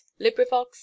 librivox